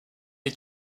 est